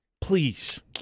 Please